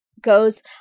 goes